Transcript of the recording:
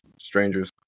strangers